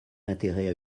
intérêt